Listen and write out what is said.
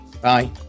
Bye